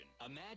imagine